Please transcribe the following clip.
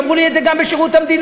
ואמרו לי את זה גם בשירות המדינה: